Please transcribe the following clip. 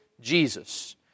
Jesus